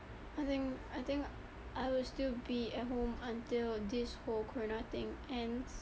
I think I think I will still be at home until this whole corona thing ends